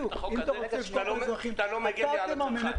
את החוק הזה אם אתה לא מגן לי על הצרכן?